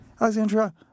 Alexandra